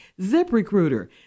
ZipRecruiter